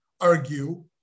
argue